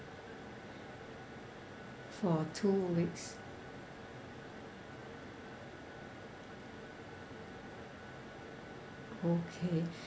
for two weeks okay